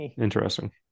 Interesting